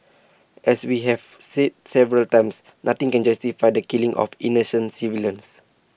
as we have said several times nothing can justify the killing of innocent civilians